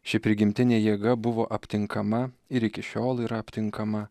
ši prigimtinė jėga buvo aptinkama ir iki šiol yra aptinkama